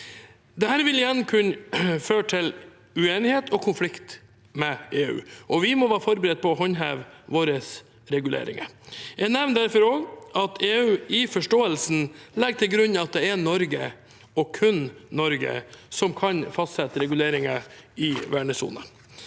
Dette vil igjen kunne føre til uenighet og konflikt med EU, og vi må være forberedt på å håndheve våre reguleringer. Jeg nevner derfor at også EU i forståelsen legger til grunn at det er Norge, og kun Norge, som kan fastsette reguleringer i vernesonen.